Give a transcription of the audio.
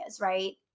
right